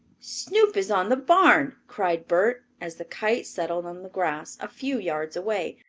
snoop is on the barn! cried bert, as the kite settled on the grass a few yards away.